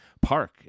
park